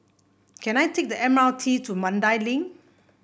can I take the M R T to Mandai Link